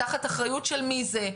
תחת אחריות של מי זה,